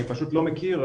אני פשוט לא מכיר,